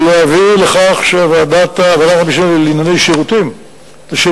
להביא לכך שוועדת המשנה לענייני שירותים תשב